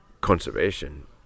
conservation